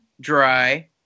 dry